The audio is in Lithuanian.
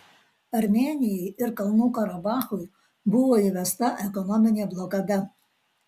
armėnijai ir kalnų karabachui buvo įvesta ekonominė blokada